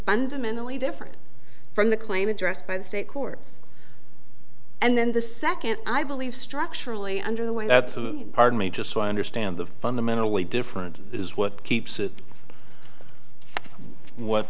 fundamentally different from the claim addressed by the state courts and then the second i believe structurally under way that's pardon me just so i understand the fundamentally different is what keeps it what